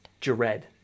Jared